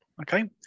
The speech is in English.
Okay